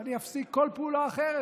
ואני אפסיק כל פעולה אחרת,